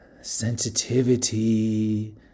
sensitivity